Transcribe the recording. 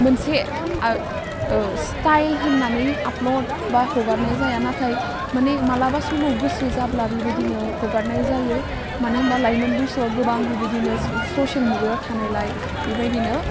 मोनसे स्टाइल होन्नानै आफलड बा हगारनाय जाया नाथाय माने मालाबा समाव गोसो जाब्ला बिबायदिनो हगारनाय जायो मानो होनबा लाइमोन बैसोआव गोबां बिबादिनो ससेल मुगायाव थानायलाय बेबायदिनो